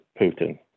Putin